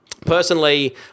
personally